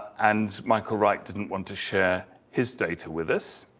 and michael wright didn't want to share his data with us.